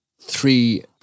three